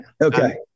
Okay